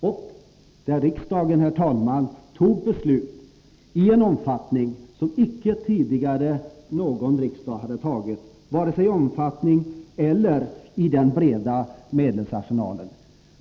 Riksdagen fattade, herr talman, beslut i en omfattning som inte någon tidigare riksdag hade gjort — inte heller beträffande den breda medelsarsenalen.